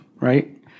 Right